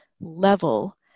level